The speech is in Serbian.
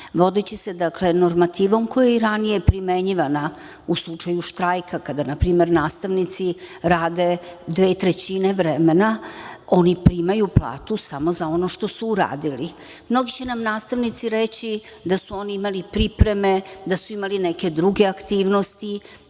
AL/MPVodeći se normativom koja je i ranije primenjivana u slučaju štrajka, kada na primer nastavnici rade dve trećine vremena, oni primaju platu samo za ono što su uradili. Mnogi će nam nastavnici reći da su oni imali pripreme, da su imali neke druge aktivnosti